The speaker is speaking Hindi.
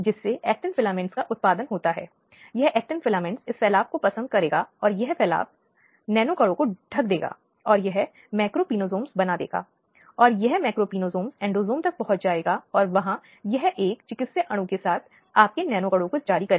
कुछ अपराधों को एक व्यक्ति के जीवन और स्वतंत्रता के साथ अवैध हस्तक्षेप के रूप में पढ़ा गया है और अदालत ने मौद्रिक क्षतिपूर्ति के लिए भुगतान किया है